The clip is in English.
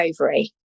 ovary